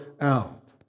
out